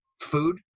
food